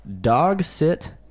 dog-sit